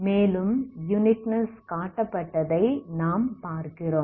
மேலும் யுனிக்னெஸ் காட்டப்பட்டதை நாம் பார்க்கிறோம்